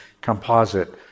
composite